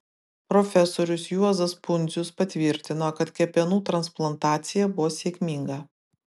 profesorius juozas pundzius patvirtino kad kepenų transplantacija buvo sėkminga